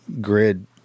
grid